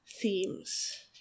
themes